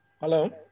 Hello